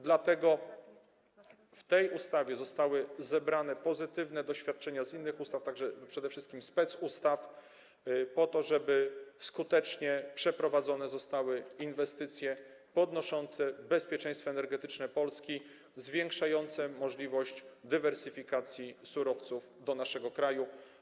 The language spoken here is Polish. Dlatego w tej ustawie zostały zebrane pozytywne doświadczenia z innych ustaw, przede wszystkim specustaw, po to, żeby skutecznie przeprowadzone zostały inwestycje poprawiające bezpieczeństwo energetyczne Polski, zwiększające możliwość dywersyfikacji surowców dostarczanych do naszego kraju.